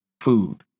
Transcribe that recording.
food